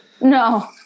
No